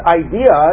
idea